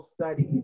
studies